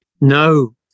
No